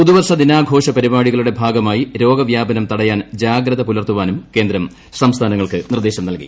പുതുവർഷ ദിനാഘോഷ പരിപാടികളുടെ ഭാഗമായി രോഗവ്യാപനം തടയാൻ ജാഗ്രത പുലർത്താനും കേന്ദ്രം സംസ്ഥാനങ്ങൾക്ക് നിർദ്ദേശം നൽകി